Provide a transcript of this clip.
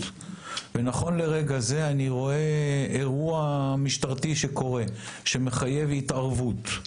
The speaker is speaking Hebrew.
ונכון לרגע זה אני רואה אירוע משטרתי שקורה שמחייב התערבות,